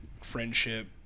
friendship